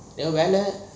எதோ வெல்ல:etho vella ah